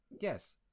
yes